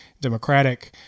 democratic